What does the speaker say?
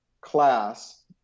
class